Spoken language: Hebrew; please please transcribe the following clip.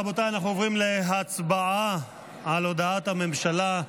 רבותיי, אנחנו עוברים להצבעה על הודעת הממשלה.